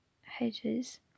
hedges